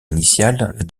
initiale